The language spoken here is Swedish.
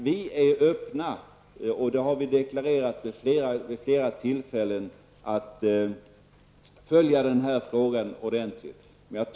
Vi är öppna för diskussion, och vi har vid flera tillfällen deklarerat att vi kommer att följa denna fråga ordentligt.